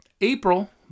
april